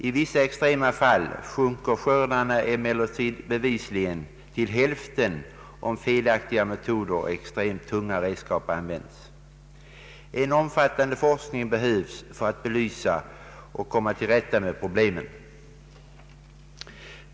I vissa extrema fall sjunker skördarna emellertid bevisligen till hälften om felaktiga metoder och extremt tunga redskap användes. En omfattande forskning behövs för att belysa och komma till rätta med problemen.